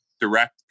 direct